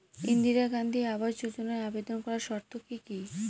ইন্দিরা গান্ধী আবাস যোজনায় আবেদন করার শর্ত কি কি?